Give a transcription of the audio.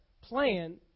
plan